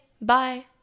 Bye